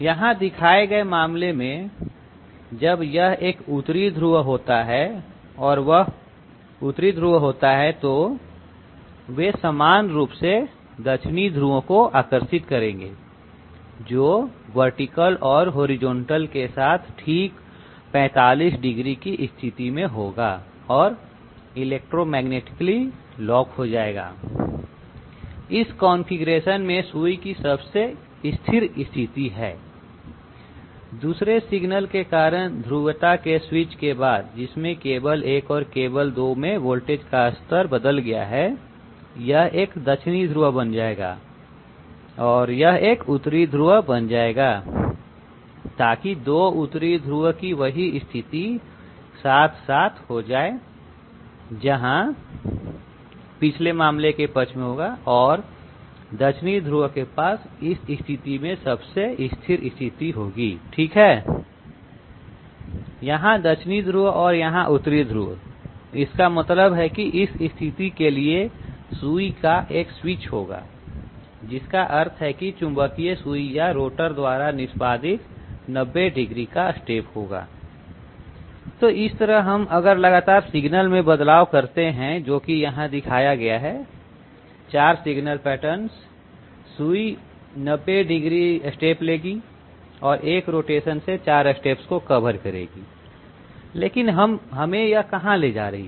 यहां दिखाए गए मामले में जब यह एक उत्तरी ध्रुव होता है और वह उतरी ध्रुव होता है तो वे समान रूप से दक्षिणी ध्रुवों को आकर्षित करेंगे जो वर्टिकल और होरिजेंटल के साथ ठीक 45 डिग्री की स्थिति में होगा और इलेक्ट्रोमैग्नेटिकली स्पेस में लॉक हो जाएगा इस कॉन्फ़िगरेशन में सुई की सबसे स्थिर स्थिति है 2nd सिग्नल के कारण ध्रुवता के स्विच के बाद जिसमें केबल 1 और केबल 2 में वोल्टेज का स्तर बदल गया है यह एक दक्षिणी ध्रुव बन जाएगा और यह एक उतरी ध्रुव बन जाएगा ताकि 2 उतरी ध्रुव की वही स्थिति साथ साथ हो जाए यहां पिछले मामले के पक्ष में होगा और दक्षिणी ध्रुव के पास इस स्थिति में सबसे स्थिर स्थिति होगी ठीक है यहां दक्षिणी ध्रुव और यहां उतरी ध्रुव इसका मतलब है कि इस स्थिति के लिए सुई का एक स्विच होगा जिसका अर्थ है कि चुंबकीय सुई या रोटर द्वारा निष्पादित 90 डिग्री स्टेप होगा तो इस तरह हम अगर लगातार सिग्नल में बदलाव करते हैं जो कि वहां दिखाया गया है 4 सिग्नल पैटर्नस सुई 90 डिग्री स्टेप लेगी एक रोटेशन से 4 स्टेप्स को कवर करेगी लेकिन यह हमें कहां ले जाती है